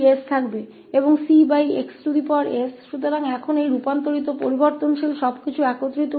तो हमारे पास यह अब रूपांतरित चर है सब कुछ एकत्रित है